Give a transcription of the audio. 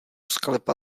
sklepa